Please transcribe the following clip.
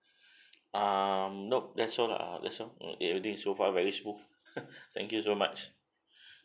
um nope that's all lah that's all everything so far very smooth thank you so much